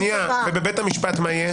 שנייה, ובבית המשפט מה יהיה?